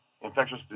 infectious